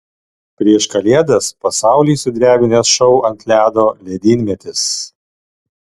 prieš kalėdas pasaulį sudrebinęs šou ant ledo ledynmetis